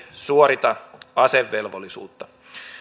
suorita asevelvollisuutta